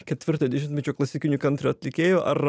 ketvirto dešimtmečio klasikinių kantri atlikėjų ar